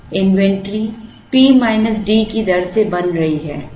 inventory P minus D की दर से बन रही है